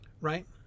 right